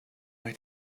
way